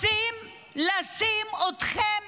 רוצים לשים אתכם